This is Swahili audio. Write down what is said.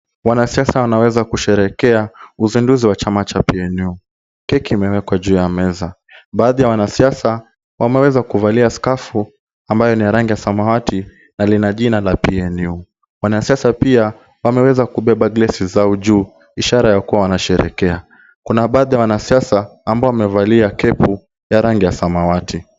Wanasiasa wanaweza kusherehekea uzinduzi wa chama cha PNU. Keki imewekwa ju ya meza. Baadhi ya wanasiasa wameweza kuvalai skafu ambalo ni ya rangi ya samawati na ni lina jina la PNU. Wanasiasa pia wameweza kubeba glesi zao juu ishara ya kuwa wanasherekea. Kuna baadhi ya wanasiasa ambao wamevalia kepu ya rangi ya samawati.